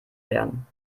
werden